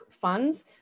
funds